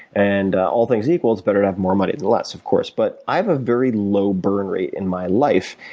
and all things equal it's better to have more money than less, of course. but i have a very low burn rate in my life,